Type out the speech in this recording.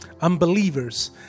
Unbelievers